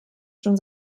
schon